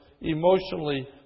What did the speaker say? emotionally